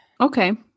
okay